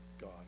God